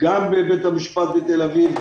גם בבית המשפט בתל אביב,